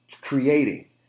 creating